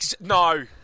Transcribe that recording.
No